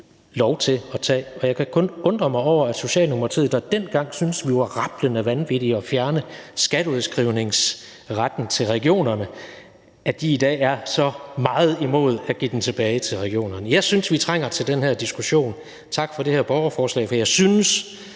lov til at foretage. Jeg kan kun undre mig over, at Socialdemokratiet, der dengang syntes, at det var rablende vanvittigt at fjerne skatteudskrivningsretten fra regionerne, i dag er så meget imod at give den tilbage til regionerne. Jeg synes, vi trænger til den her diskussion. Tak for det her borgerforslag – jeg synes,